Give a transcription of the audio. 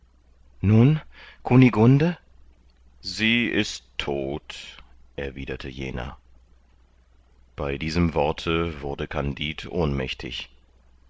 nun kunigunde sie ist todt erwiderte jener bei diesem worte wurde kandid ohnmächtig